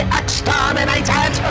exterminated